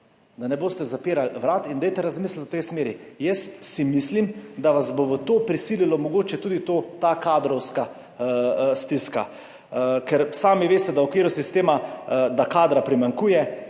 Da ne boste zapirali vrat in dajte razmisliti v tej smeri. Jaz si mislim, da vas bo v to prisililo mogoče tudi to, ta kadrovska stiska, ker sami veste, da v okviru sistema, da kadra primanjkuje